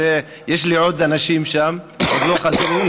יש לי עוד אנשים שם שעוד לא חזרו.